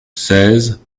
seize